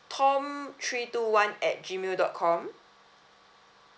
tom three two one at G mail dot com